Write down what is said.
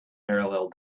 parallel